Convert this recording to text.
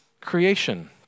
creation